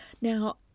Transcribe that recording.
Now